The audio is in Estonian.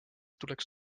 tuleks